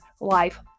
life